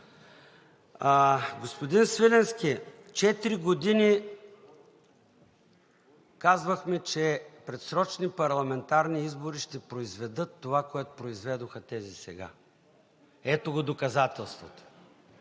Господин Свиленски, четири години казвахме, че предсрочни парламентарни избори ще произведат това, което произведоха тези сега. Ето го доказателството.